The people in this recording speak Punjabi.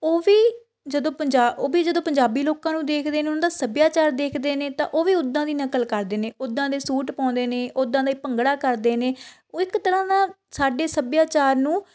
ਉਹ ਵੀ ਜਦੋਂ ਪੰਜਾ ਉਹ ਵੀ ਜਦੋਂ ਪੰਜਾਬੀ ਲੋਕਾਂ ਨੂੰ ਦੇਖਦੇ ਨੇ ਉਹਨਾਂ ਦਾ ਸੱਭਿਆਚਾਰ ਦੇਖਦੇ ਨੇ ਤਾਂ ਉਹ ਵੀ ਉੱਦਾਂ ਦੀ ਨਕਲ ਕਰਦੇ ਨੇ ਉੱਦਾਂ ਦੇ ਸੂਟ ਪਾਉਂਦੇ ਨੇ ਉੱਦਾਂ ਦਾ ਹੀ ਭੰਗੜਾ ਕਰਦੇ ਨੇ ਉਹ ਇੱਕ ਤਰ੍ਹਾਂ ਨਾਲ਼ ਸਾਡੇ ਸੱਭਿਆਚਾਰ ਨੂੰ